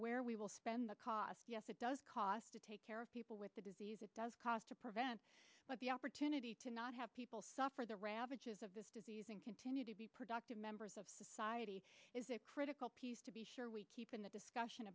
where we will spend the cost yes it does cost to take care of people with the disease it does cost to prevent the opportunity to not have people suffer the ravages of this disease and continue to be productive members of society is a critical piece to be sure we keep in the discussion